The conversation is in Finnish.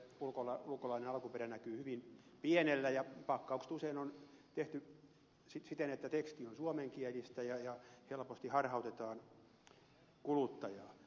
pakkausmerkinnöissä ulkolainen alkuperä näkyy hyvin pienellä ja pakkaukset usein on tehty siten että teksti on suomenkielistä ja helposti harhautetaan kuluttajaa